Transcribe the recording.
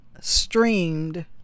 streamed